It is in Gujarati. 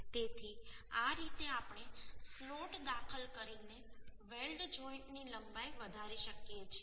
તેથી આ રીતે આપણે સ્લોટ દાખલ કરીને વેલ્ડ જોઈન્ટની લંબાઈ વધારી શકીએ છીએ